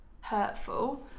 hurtful